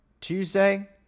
Tuesday